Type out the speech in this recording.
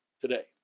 Today